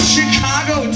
Chicago